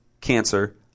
cancer